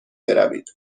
بروید